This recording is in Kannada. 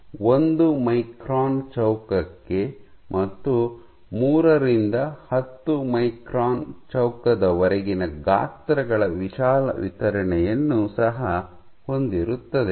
5 ಒಂದು ಮೈಕ್ರಾನ್ ಚೌಕಕ್ಕೆ ಮತ್ತು ಮೂರರಿಂದ ಹತ್ತು ಮೈಕ್ರಾನ್ ಚೌಕದವರೆಗಿನ ಗಾತ್ರಗಳ ವಿಶಾಲ ವಿತರಣೆಯನ್ನು ಸಹ ಹೊಂದಿರುತ್ತದೆ